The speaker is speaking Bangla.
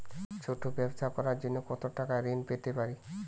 ছোট ব্যাবসা করার জন্য কতো টাকা ঋন পেতে পারি?